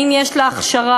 האם יש לה הכשרה?